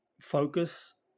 focus